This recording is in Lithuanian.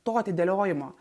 to atidėliojimo